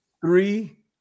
Three